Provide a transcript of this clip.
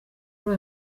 kuri